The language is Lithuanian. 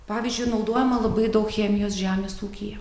pavyzdžiui naudojama labai daug chemijos žemės ūkyje